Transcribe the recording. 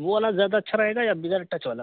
وہ والا زیادہ اچھا رہے گا یا بغیر ٹچ والا